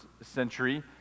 century